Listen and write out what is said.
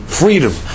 freedom